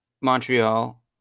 Montreal